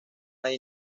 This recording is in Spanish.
hay